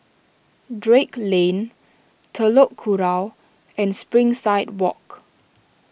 Drake Lane Telok Kurau and Springside Walk